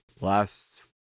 last